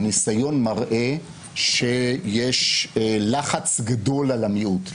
הניסיון מראה שיש לחץ גדול על המיעוט,